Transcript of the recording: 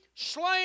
slain